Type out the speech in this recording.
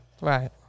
Right